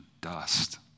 dust